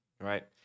right